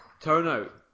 turnout